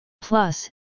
Plus